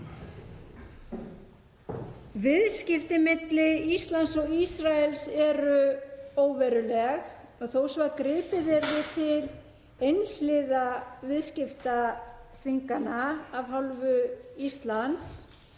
Viðskipti milli Íslands og Ísraels eru óveruleg og þó svo að gripið yrði til einhliða viðskiptaþvingana af hálfu Íslands